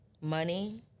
Money